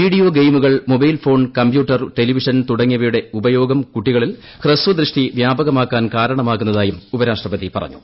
video ഗെയിമുകൾ mobile phone computer television തുടങ്ങിയവുടെ ഉപയോഗം കുട്ടികളിൽ ഹ്രസ്വ ദൃഷ്ടി വ്യാപകമാക്കാൻ കാരണമാകുന്നതായും ഉപരാഷ്ട്രപതി പറഞ്ഞു